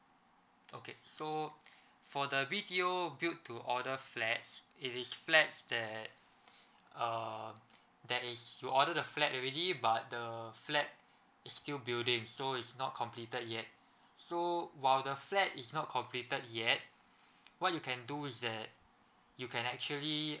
okay so for the B_T_O build to order flats it is flat that's uh that is you order the flat already but the flat it's still building so it's not completed yet so while the flat is not completed yet what you can do is that you can actually